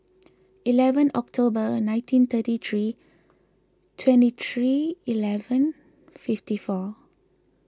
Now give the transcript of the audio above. eleven October nineteen thirty three twenty three eleven fifty four